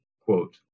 quote